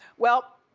well,